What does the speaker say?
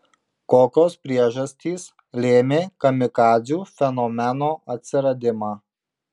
kokios priežastys lėmė kamikadzių fenomeno atsiradimą